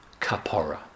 kapora